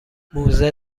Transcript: موزه